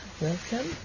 Welcome